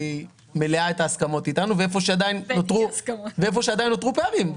בצורה מלאה את ההסכמות אתנו והיכן שעדיין נותרו פערים,